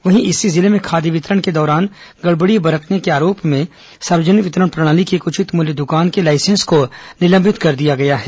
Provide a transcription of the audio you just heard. वहीं इसी जिले में खाद्य वितरण के दौरान गड़बड़ी बरतने के आरोप में सार्वजनिक वितरण प्रणाली की एक उचित मूल्य की दुकान के लाइसेंस को निलंबित कर दिया गया है